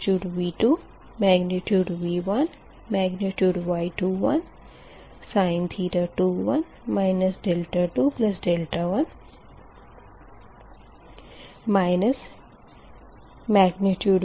sin 21 21 V22Y22sin θ22 V2V3Y23sin 23 23 यहाँ k 1 to 3 फिर V2 Vk परिमाण Y2k sin 2k 2k अब इसे विस्तार से लिखेंगे